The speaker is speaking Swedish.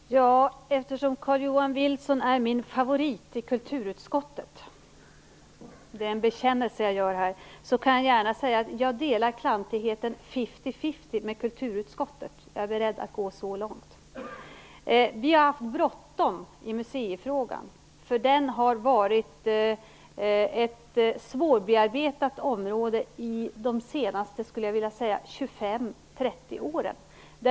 Herr talman! Eftersom Carl-Johan Wilson är min favorit i kulturutskottet - det är en bekännelse jag gör här - kan jag gärna säga att jag delar klantigheten fifty-fifty med kulturutskottet. Jag är beredd att gå så långt. Vi har haft bråttom i museifrågan, för den har varit ett svårbearbetat område de senaste 25-30 åren.